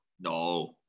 No